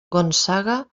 gonçaga